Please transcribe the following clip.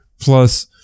Plus